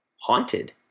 Haunted